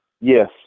Yes